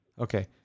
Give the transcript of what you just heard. Okay